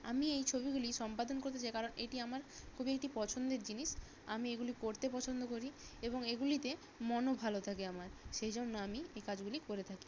আমি এই ছবিগুলি সম্পাদন করতে চাই কারণ এটি আমার খুবই একটি পছন্দের জিনিস আমি এগুলি করতে পছন্দ করি এবং এগুলিতে মনও ভালো থাকে আমার সেই জন্য আমি এই কাজগুলি করে থাকি